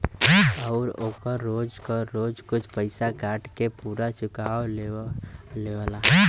आउर ओकर रोज क रोज कुछ पइसा काट के पुरा चुकाओ लेवला